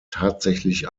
tatsächlich